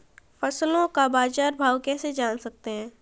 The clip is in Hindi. फसलों का बाज़ार भाव कैसे जान सकते हैं?